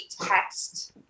text